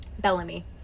Bellamy